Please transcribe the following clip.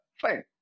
Fine